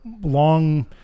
long